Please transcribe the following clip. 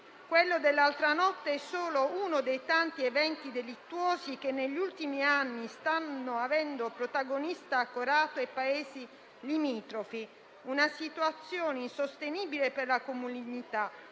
Quello dell'altra notte è solo uno dei tanti eventi delittuosi che negli ultimi anni stanno avvenendo a Corato e nei paesi limitrofi. Una situazione insostenibile per la comunità.